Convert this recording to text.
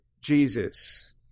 Jesus